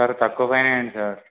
కొంచెం తక్కువ ఫైన్ వేయండి సార్